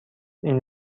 این